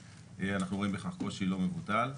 צריך באותה מידה לפעול ברגישות.